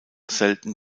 selten